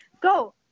Go